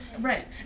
Right